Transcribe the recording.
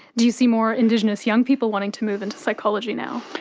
do you see more indigenous young people wanting to move into psychology now?